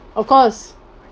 of course